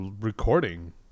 recording